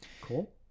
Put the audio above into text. Cool